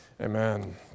Amen